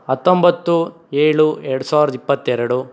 ಹತ್ತೊಂಬತ್ತು ಏಳು ಎರಡು ಸಾವ್ರದ ಇಪ್ಪತ್ತೆರಡು